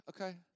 okay